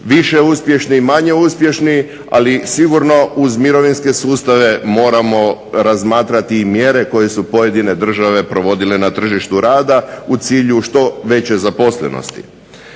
više uspješni i manje uspješni ali sigurno kroz mirovinske sustave moramo razmatrati i mjere koje su pojedine zemlje provodile na tržištu rada u cilju što veće zaposlenosti.